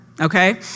Okay